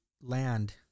land